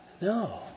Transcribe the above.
No